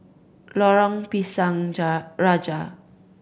Lorong Pisang Ja Raja